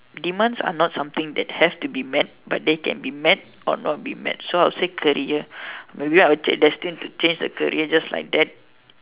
demands are not something that has to be met but they can be met or not be met so I would say career maybe I would check destined to change the career just like that